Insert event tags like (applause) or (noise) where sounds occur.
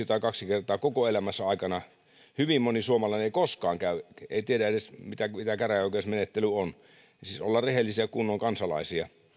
(unintelligible) tai kaksi kertaa koko elämänsä aikana ja hyvin moni suomalainen ei koskaan käy ei tiedä edes mitä käräjäoikeusmenettely on siis ollaan rehellisiä kunnon kansalaisia